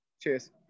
Cheers